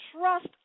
trust